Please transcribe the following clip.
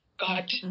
God